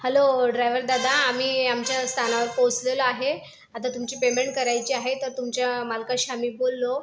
hello ड्रायव्हरदादा आम्ही आमच्या स्थानावर पोहोचलेलो आहे आता तुमची पेमेंट करायची आहे तर तुमच्या मालकाशी आम्ही बोललो